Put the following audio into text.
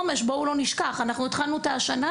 ובואו לא נשכח שזאת תוכנית חומש שהתחלנו אותה השנה,